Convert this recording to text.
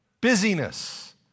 busyness